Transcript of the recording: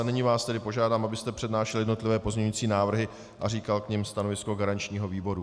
Nyní vás tedy požádám, abyste přednášel jednotlivé pozměňovací návrhy a říkal k nim stanovisko garančního výboru.